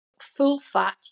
full-fat